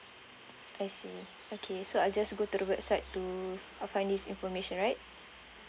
I see okay so I'll just go to the website to I'll find this information right